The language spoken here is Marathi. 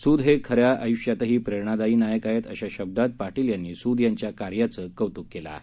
सूद हे खऱ्या आय्ष्यातही प्रेरणादायी नायक आहेत अशा शब्दांत पाटील यांनी सूद याच्या कार्याचं कौतूक केलं आहे